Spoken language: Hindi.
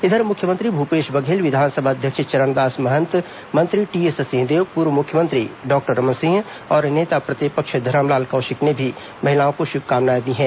इधर मुख्यमंत्री भूपेश बघेल विधानसभा अध्यक्ष चरणदास महंत मंत्री टीएस सिंहदेव पूर्व मुख्यमंत्री डॉक्टर रमन सिंह और नेता प्रतिपक्ष धरमलाल कौशिक ने भी महिलाओं को शुभकामनाएं दी हैं